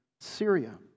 Syria